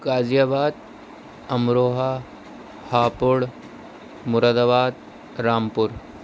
غازی آباد امروہہ ہاپوڑ مراد آباد رامپور